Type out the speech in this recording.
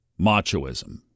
Machoism